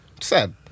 Sad